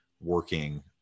working